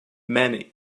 men